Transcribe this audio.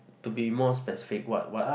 to be more specific what what